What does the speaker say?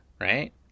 Right